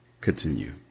Continue